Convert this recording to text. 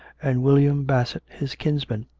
and william bassett his kinsman